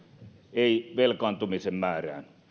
ei velkaantumisen määrään